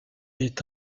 est